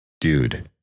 dude